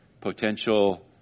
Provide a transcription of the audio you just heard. potential